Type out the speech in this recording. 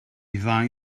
ddau